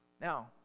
Now